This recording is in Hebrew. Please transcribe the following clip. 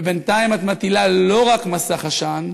ובינתיים את מטילה לא רק מסך עשן,